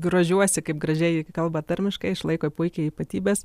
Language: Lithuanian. grožiuosi kaip gražiai kalba tarmiškai išlaiko puikiai ypatybes